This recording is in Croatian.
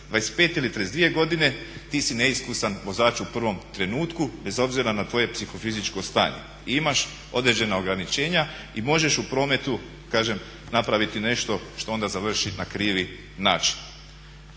25 ili 32 godine ti si neiskusan vozač u prvom trenutku, bez obzira na tvoje psihofizičko stanje i imaš određena ograničenja i možeš u prometu kažem napraviti nešto što onda završi na krivi način.